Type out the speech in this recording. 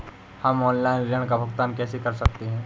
हम ऑनलाइन ऋण का भुगतान कैसे कर सकते हैं?